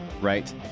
right